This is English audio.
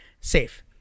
safe